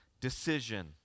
decision